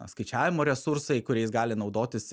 skaičiavimo resursai kuriais gali naudotis